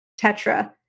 Tetra